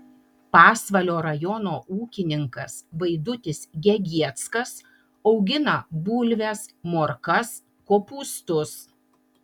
pasvalio rajono ūkininkas vaidutis gegieckas augina bulves morkas kopūstus